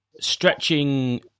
stretching